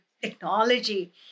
technology